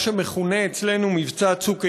מה שמכונה אצלנו מבצע "צוק איתן",